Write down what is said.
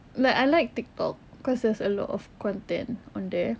like I like tiktok cause there's a lot of content on there